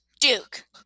Duke